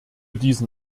diesen